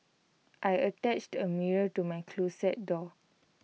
I attached A mirror to my closet door